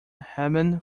hermann